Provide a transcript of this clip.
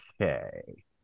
Okay